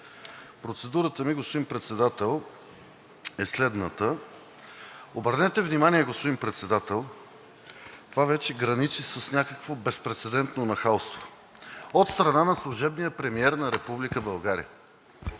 Процедурата ми, господин Председател, е следната: обърнете внимание, господин Председател, това граничи с някакво безпрецедентно нахалство от страна на служебния премиер на Република